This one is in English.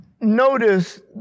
Notice